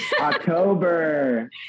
October